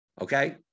Okay